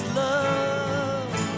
love